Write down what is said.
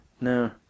no